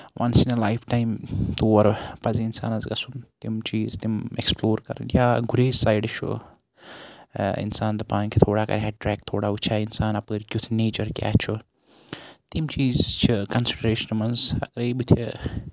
وَنٕس اِن اےٚ life time تور پَزِ اِنسانَس گژھُن تِم چیٖز تِم اٮ۪کٕسپلور کَرٕنۍ یا گُریز سایڈٕ چھُ انسان دَپان کہِ تھوڑا کرِ ہا ٹریک تھوڑا وٕچھِ ہا اِنسان اَپٲرۍ کیُتھ نیچر کیاہ چھُ تِم چیٖز چھِ کَنسِڈرشنہِ منٛز اَگرٕے بٔتھِ